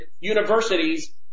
universities